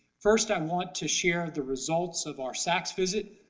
first, i want to share the results of our sacs visit.